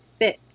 fit